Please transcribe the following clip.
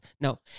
No